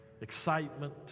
excitement